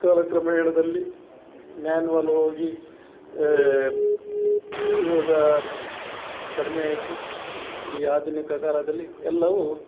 ಕಾಲಕ್ರಮೇಣದಲ್ಲಿ manual ಹೋಗಿ ಇವಾಗ ಕಡಿಮೆ ಆಯಿತು ಈ ಆಧುನಿಕ ಕಾಲದಲ್ಲಿ ಎಲ್ಲವೂ